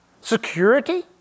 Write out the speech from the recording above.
security